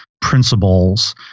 principles